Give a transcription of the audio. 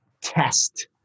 test